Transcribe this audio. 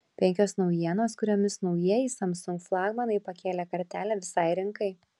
penkios naujienos kuriomis naujieji samsung flagmanai pakėlė kartelę visai rinkai